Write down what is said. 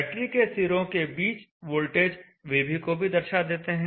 battery के सिरों के बीच वोल्टेज vb को भी दर्शा देते हैं